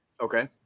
Okay